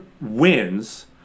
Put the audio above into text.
wins